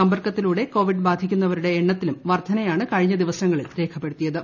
സമ്പർക്കത്തിലൂടെ കോവിഡ് ബാധിക്കുന്നവരുടെ എണ്ണത്തിലും വർധനയാണ് കഴിഞ്ഞ ദിവസങ്ങളിൽ രേഖപ്പെടുത്തിയത്